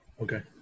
Okay